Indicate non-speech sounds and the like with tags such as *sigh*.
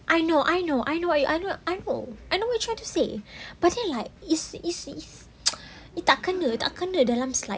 I know I know I know what you I know I know I know what you're trying to say but then like it's it's it's *noise* it's tak kena tak kena dalam slide